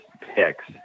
picks